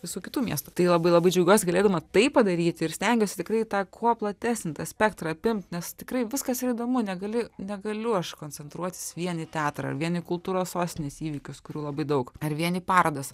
visų kitų miestų tai labai labai džiaugiuosi galėdama tai padaryti ir stengiuosi tikrai tą kuo platesnį tą spektrą apimt nes tikrai viskas ir įdomu negali negaliu aš koncentruotis vien į teatrą ar vien į kultūros sostinės įvykius kurių labai daug ar vien į parodas